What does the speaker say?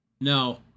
No